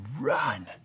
run